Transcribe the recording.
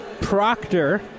Proctor